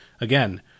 Again